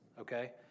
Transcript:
okay